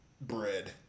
bread